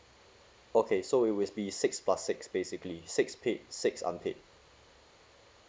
okay so we will be six plus six basically six paid six unpaid